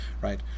right